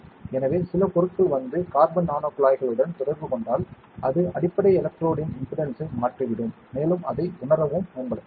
எனவே சில பொருட்கள் வந்து கார்பன் நானோகுழாய்களுடன் தொடர்பு கொண்டால் அது அடிப்படை எலக்ட்ரோடுயின் இம்பெடன்ஸ்சை மாற்றிவிடும் மேலும் அதை உணரவும் பயன்படுத்தலாம்